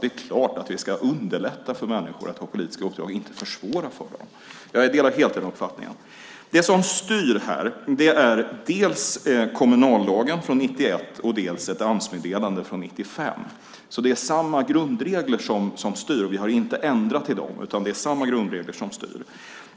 Det är klart att vi ska underlätta för människor att ha politiska uppdrag, inte försvåra för dem. Jag delar helt den uppfattningen. Det som styr är dels kommunallagen från 1991, dels ett Amsmeddelande från 1995. Det är samma grundregler som styr, och vi har inte ändrat i dem.